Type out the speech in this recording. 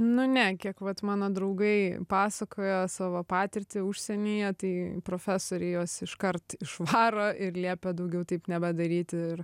nu ne kiek vat mano draugai pasakojo savo patirtį užsienyje tai profesoriai juos iškart išvaro ir liepia daugiau taip nebedaryti ir